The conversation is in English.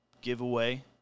giveaway